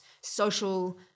social